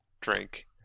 drink